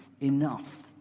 enough